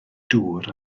dŵr